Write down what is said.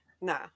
nah